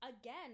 again